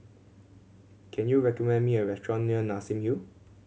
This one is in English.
can you recommend me a restaurant near Nassim Hill